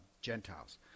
Gentiles